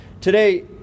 Today